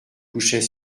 couchait